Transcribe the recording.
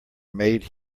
made